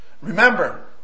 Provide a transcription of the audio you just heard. remember